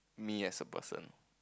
me as a person